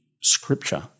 Scripture